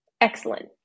Excellent